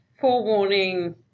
forewarning